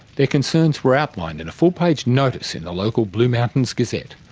their concerns were outlined in a full page notice in the local blue mountains gazette,